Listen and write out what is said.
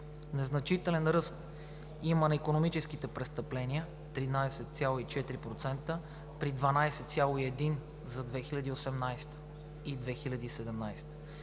Незначителен ръст има на икономическите престъпления – 13,4% при 12,1% за 2018 г. и 2017